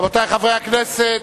רבותי חברי הכנסת,